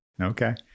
okay